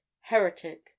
heretic